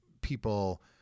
people